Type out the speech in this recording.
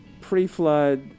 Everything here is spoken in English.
pre-flood